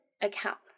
accounts